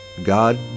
God